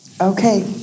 Okay